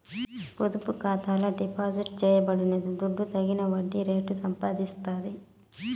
పొదుపు ఖాతాల డిపాజిట్ చేయబడిన దుడ్డు తగిన వడ్డీ రేటు సంపాదిస్తాది